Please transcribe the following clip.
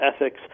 ethics